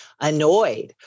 annoyed